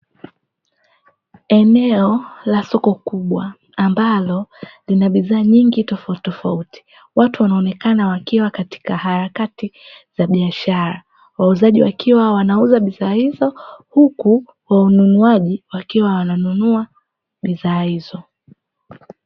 Eneo la soko kubwa ambalo lina bidhaa nyingi tofautitofauti, watu wanaonekana wakiwa katika harakati za biashara. Wauzaji wakiwa wanauza bidhaa hizo, huku wanunuaji wakiwa wananunua bidhaa hizo.